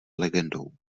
legendou